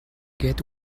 get